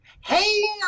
Hey